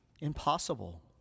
Impossible